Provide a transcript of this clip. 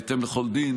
בהתאם לכל דין,